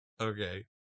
Okay